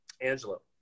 Angelo